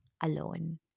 alone